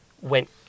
went